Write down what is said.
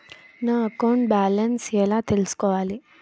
నా account balance ఎలా తెల్సుకోవాలి